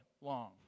long